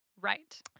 Right